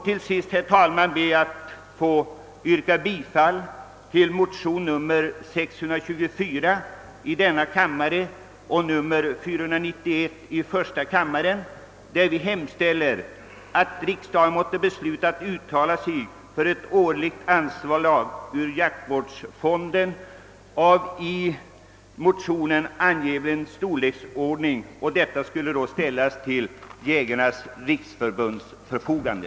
Till sist, herr talman, ber jag att få yrka bifall till motionerna II: 624 och I: 491, där vi hemställer att riksdagen måtte besluta att uttala sig för ett årligt anslag ur jaktvårdsfonden av i motionen angiven storleksordning till Jägarnas riksförbunds förfogande.